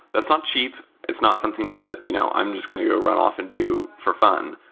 that's not cheap. it's not something that you know i'm just going to run off and do for fun.